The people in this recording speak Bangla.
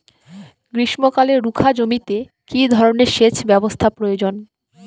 গ্রীষ্মকালে রুখা জমিতে কি ধরনের সেচ ব্যবস্থা প্রয়োজন?